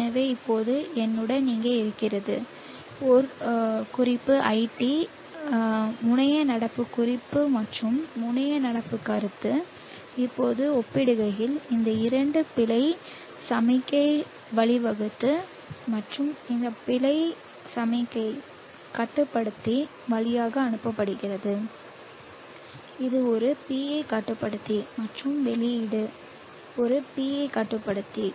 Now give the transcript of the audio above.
எனவே இப்போது என்னுடன் இங்கே இருக்கிறது ஒரு குறிப்பு iT குறிப்பு முனைய நடப்பு குறிப்பு மற்றும் முனைய நடப்பு கருத்து இப்போது ஒப்பிடுகையில் இந்த இரண்டு பிழை சமிக்ஞைக்கு வழிவகுக்கிறது மற்றும் இந்த பிழை சமிக்ஞை கட்டுப்படுத்தி வழியாக அனுப்பப்படுகிறது இது ஒரு PI கட்டுப்படுத்தி மற்றும் வெளியீடு ஒரு PI கட்டுப்படுத்தி